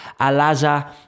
Alaza